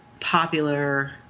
popular